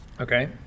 Okay